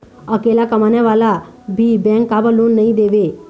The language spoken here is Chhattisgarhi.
अकेला कमाने वाला ला भी बैंक काबर लोन नहीं देवे?